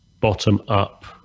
bottom-up